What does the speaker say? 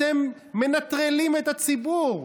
אתם מנטרלים את הציבור,